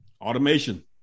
automation